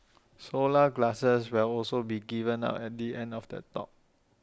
solar glasses will also be given out at the end of the talk